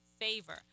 favor